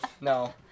No